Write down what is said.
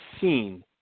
seen